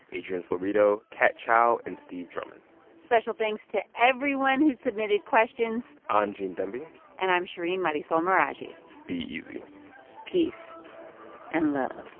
adrian florido, kat chow and steve drummond special thanks to everyone who submitted questions i'm gene demby and i'm shereen marisol meraji be easy peace and love